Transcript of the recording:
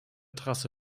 trasse